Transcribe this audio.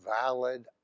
valid